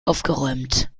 aufgeräumt